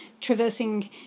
traversing